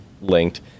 linked